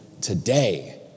today